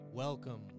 Welcome